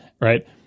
right